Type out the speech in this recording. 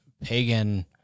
pagan